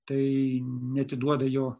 tai neatiduoda jo